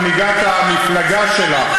מנהיגת המפלגה שלך